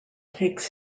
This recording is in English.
takes